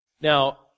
Now